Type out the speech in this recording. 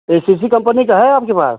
ऐ C C company का है आपके पास